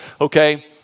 okay